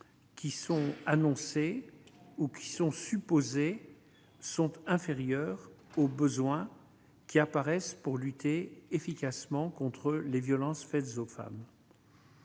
qui sont annoncés ou qui sont supposés sont inférieurs aux besoins qui apparaissent pour lutter efficacement contre les violences faites aux femmes.